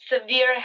severe